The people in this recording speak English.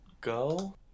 go